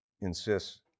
insists